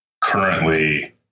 currently